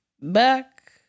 back